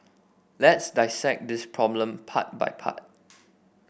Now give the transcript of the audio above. let's dissect this problem part by part